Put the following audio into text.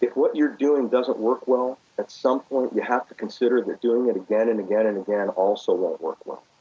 what you're doing doesn't work well, at some point, you have to consider that doing it again and again and again also won't work well.